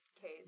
case